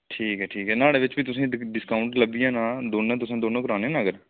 ठीक ऐ ठीक ऐ नुहाड़े बिच बी तुसें डिस्काऊंट लब्भी जाना दौनें तुसें दोनों कराने ना अगर